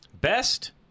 best